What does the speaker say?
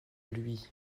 lui